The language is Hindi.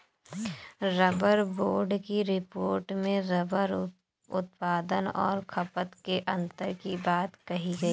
रबर बोर्ड की रिपोर्ट में रबर उत्पादन और खपत में अन्तर की बात कही गई